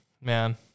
man